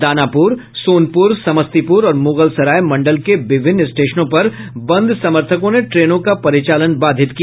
दानापुर सोनपुर समस्तीपुर और मूगलसराय मंडल के विभिन्न स्टेशनों पर बंद समर्थकों ने ट्रेनों का परिचालन बाधित किया